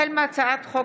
החל בהצעת חוק